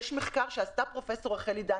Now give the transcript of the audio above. יש מחקר שעשתה פרופ' רחלי דנקנר.